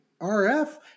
RF